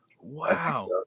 Wow